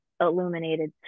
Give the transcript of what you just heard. illuminated